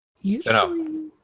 usually